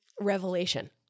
revelation